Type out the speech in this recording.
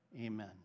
Amen